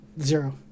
Zero